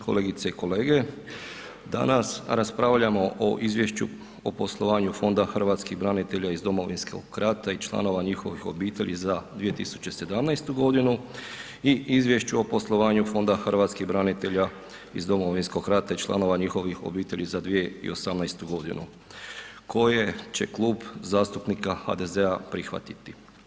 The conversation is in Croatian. Kolegice i kolege danas raspravljamo o izvješću o poslovanju Fonda hrvatskih branitelja iz Domovinskog rata i članova njihovih obitelji za 2017. godinu i izvješću o poslovanju Fonda hrvatskih branitelja iz Domovinskog rata i članova njihovih obitelji za 2018. godinu koje će Klub zastupnika HDZ-a prihvatiti.